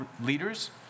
leaders